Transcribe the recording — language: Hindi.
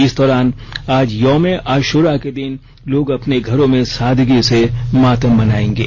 इस दौरान आज यौम ए आशुरा के दिन लोग अपने घरों में सादगी से मातम मनायेंगे